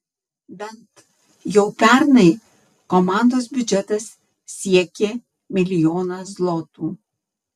bent jau pernai komandos biudžetas siekė milijoną zlotų